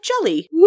jelly